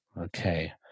Okay